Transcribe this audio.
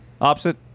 Opposite